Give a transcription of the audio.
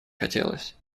хотелось